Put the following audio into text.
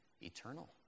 eternal